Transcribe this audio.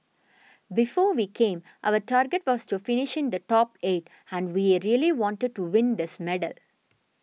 before we came our target was to finish in the top eight and we really wanted to win this medal